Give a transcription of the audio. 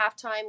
halftime